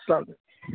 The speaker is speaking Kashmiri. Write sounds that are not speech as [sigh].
[unintelligible]